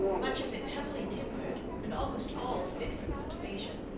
much of it heavily timbered and almost all fit for cultivation.